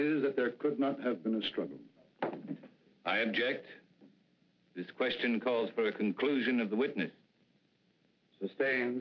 is that there could not have been a struggle i inject this question calls for the conclusion of the witness stand